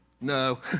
No